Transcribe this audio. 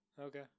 Okay